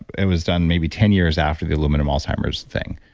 it was done maybe ten years after the aluminum alzheimer's thing.